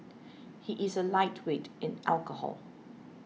he is a lightweight in alcohol